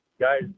guys